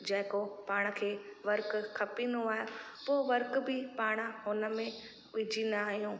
जेको पाण खे वर्क खपंदो आहे हू वर्क बि पाण उन में विझंदा आहियूं